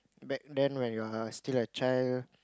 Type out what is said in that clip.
back then when you're still a child